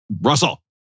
Russell